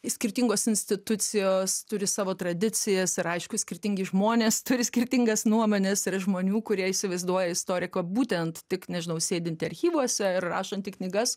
skirtingos institucijos turi savo tradicijas ir aišku skirtingi žmonės turi skirtingas nuomones yra žmonių kurie įsivaizduoja istoriką būtent tik nežinau sėdintį archyvuose ir rašantį knygas